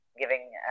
giving